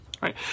right